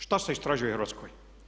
Što se istražuje u Hrvatskoj?